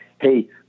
hey